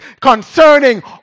concerning